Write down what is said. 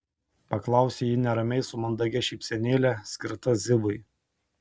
paklausė ji neramiai su mandagia šypsenėle skirta zivui